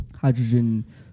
Hydrogen